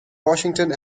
washington